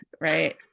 Right